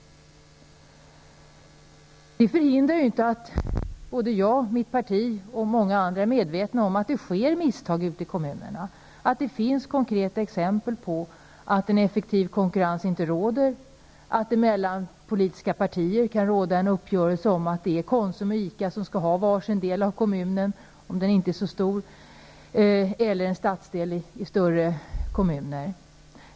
Det förhindrar inte att jag, mitt parti och många andra är medvetna om att det sker misstag ute i kommunerna och att det finns konkreta exempel på att en effektiv konkurrens inte råder att det mellan politiska partier kan finnas en uppgörelse om att det är Konsum och ICA som skall ha var sin del av kommunen, om kommunen inte är så stor, eller var sin stadsdel, om kommunen är stor.